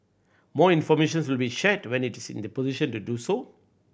more information will be shared when it is in a position to do so